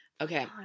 Okay